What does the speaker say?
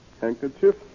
handkerchief